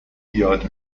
یاد